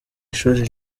ishuri